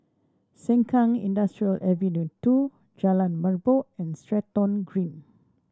Sengkang Industrial Ave Two Jalan Merbok and Stratton Green